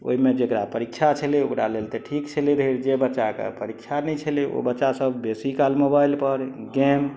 ओहिमे जेकरा परीक्षा छलै ओकरा लेल तऽ ठीक छलै धीरे जे बच्चाके परीक्षा नहि छलै ओ बच्चा सब बेसी काल मोबाइल पर गेम